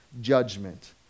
judgment